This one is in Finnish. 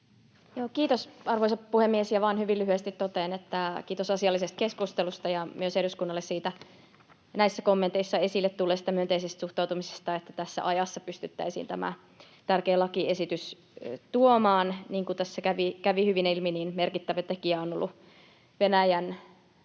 Kiitos, arvoisa puhemies! Vain hyvin lyhyesti totean, että kiitos asiallisesta keskustelusta ja eduskunnalle näissä kommenteissa esille tulleesta myönteisestä suhtautumisesta, että tässä ajassa pystyttäisiin tämä tärkeä lakiesitys tuomaan. Niin kuin tässä kävi hyvin ilmi, niin merkittävä tekijä on ollut Venäjän